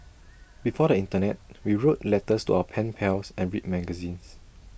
before the Internet we wrote letters to our pen pals and read magazines